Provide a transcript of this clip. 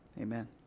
amen